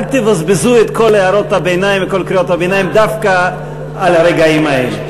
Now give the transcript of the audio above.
אל תבזבזו את כל הערות הביניים וכל קריאות הביניים על הרגעים האלה.